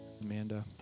Amanda